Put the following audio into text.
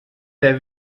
der